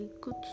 good